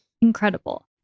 Incredible